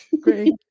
Great